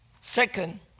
Second